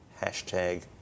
Hashtag